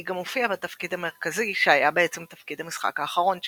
היא גם הופיעה בתפקיד המרכזי שהיה בעצם תפקיד המשחק האחרון שלה,